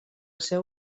seu